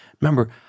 Remember